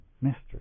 mystery